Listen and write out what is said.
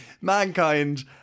mankind